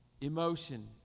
emotion